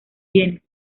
bienes